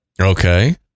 Okay